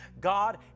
God